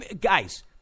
Guys